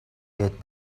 гээд